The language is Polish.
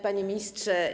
Panie Ministrze!